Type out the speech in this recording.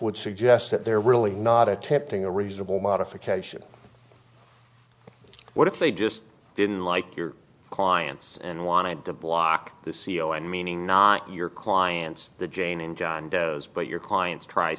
would suggest that they're really not attempting a reasonable modification what if they just didn't like your clients and wanted to block the c e o and meaning not your clients the jain in john doe's but your clients tr